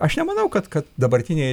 aš nemanau kad kad dabartiniai